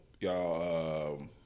y'all